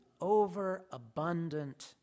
overabundant